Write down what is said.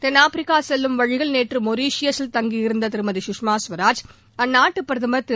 தென்னாப்பிரிக்கா செல்லும் வழியில் நேற்று மொரீஷியாவில் தங்கியிருந்த திருமதி சுஷ்மா ஸ்வராஜ் அந்நாட்டுப் பிரதம் திரு